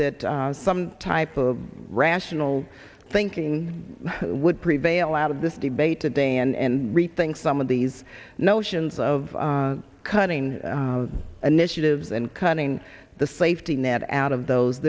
that some type of rational thinking would prevail out of this debate today and rethink some of these notions of cutting initiatives and cutting the safety net out of those